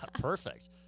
perfect